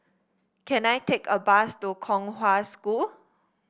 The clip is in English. can I take a bus to Kong Hwa School